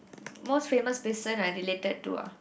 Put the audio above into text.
most famous person I related to ah